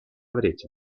brecha